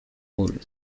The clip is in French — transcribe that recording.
rôle